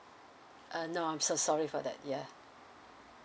uh no I'm so sorry for that ya